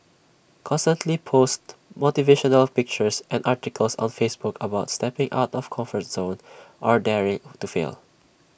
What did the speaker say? constantly post motivational pictures and articles on Facebook about stepping out of comfort zone or daring to fail